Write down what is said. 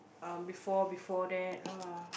um before before that lah